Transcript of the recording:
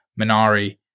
Minari